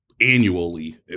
annually